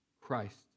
Christ